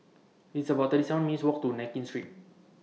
It's about thirty seven minutes' Walk to Nankin Street